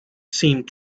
seemed